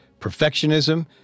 perfectionism